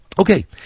Okay